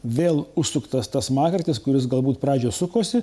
vėl užsuktas tas smagratis kuris galbūt pradžioj sukosi